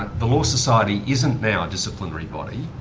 the law society isn't now a disciplinary body.